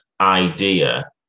idea